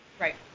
Right